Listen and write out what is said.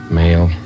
male